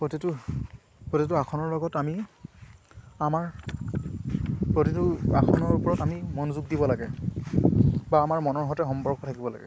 প্ৰতিটো প্ৰতিটো আসনৰ লগত আমি আমাৰ প্ৰতিটো আসনৰ ওপৰত আমি মনোযোগ দিব লাগে বা আমাৰ মনৰ সৈতে সম্পৰ্ক থাকিব লাগে